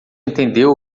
entendeu